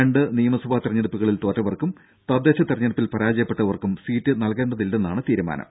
രണ്ട് നിയമസഭാ തെരഞ്ഞെടുപ്പുകളിൽ തോറ്റവർക്കും തദ്ദേശ തെരഞ്ഞെടുപ്പിൽ പരാജയപ്പെട്ടവർക്കും സീററ് നൽകേണ്ടതില്ലെന്നാണ് തീരുമാനം